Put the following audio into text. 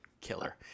killer